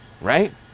right